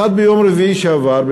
האחד ביום רביעי שעבר,